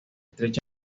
estrecha